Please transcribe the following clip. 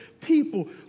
people